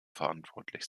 verantwortlich